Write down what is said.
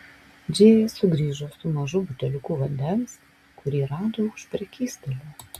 džėja sugrįžo su mažu buteliuku vandens kurį rado už prekystalio